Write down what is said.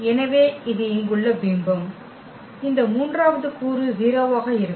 எனவே இது இங்குள்ள பிம்பம் இந்த மூன்றாவது கூறு 0 ஆக இருக்கும்